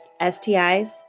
STIs